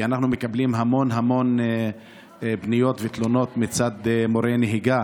כי אנחנו מקבלים המון המון פניות ותלונות מצד מורי נהיגה